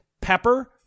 Pepper